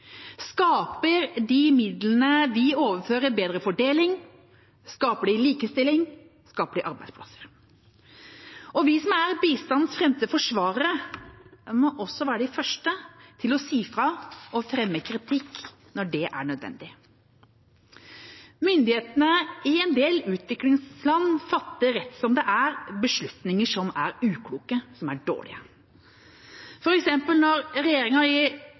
Skaper de midlene vi overfører, bedre fordeling? Skaper de likestilling? Skaper de arbeidsplasser? Vi som er bistandens fremste forsvarere, må også være de første til å si fra og fremme kritikk når det er nødvendig. Myndighetene i en del utviklingsland fatter rett som det er beslutninger som er ukloke, som er dårlige, f.eks. når regjeringa i